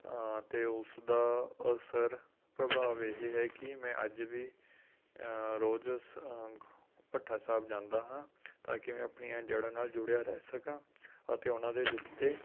ਅਤੇ ਉਸਦਾ ਅਸਰ ਪ੍ਰਭਾਵ ਇਹ ਹੈ ਕਿ ਮੈਂ ਅੱਜ ਵੀ ਰੋਜ਼ ਸ ਭੱਠਾ ਸਾਹਿਬ ਜਾਂਦਾ ਹਾਂ ਤਾਂ ਕਿ ਮੈਂ ਆਪਣੀਆਂ ਜੜ੍ਹਾਂ ਨਾਲ ਜੁੜਿਆ ਰਹਿ ਸਕਾਂ ਅਤੇ ਉਹਨਾਂ ਦੇ ਦਿੱਤੇ